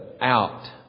out